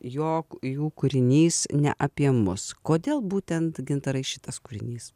jog jų kūrinys ne apie mus kodėl būtent gintarai šitas kūrinys